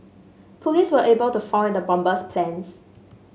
police were able to foil the bomber's plans